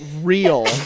real